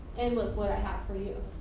and look what i have for you.